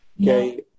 Okay